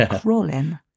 crawling